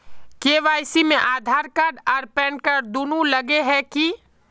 KYC में Aadhaar card आर PAN card दुनू लगे है की?